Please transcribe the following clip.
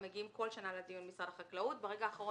הם מגיעים כל שנה לדיון אבל ברגע האחרון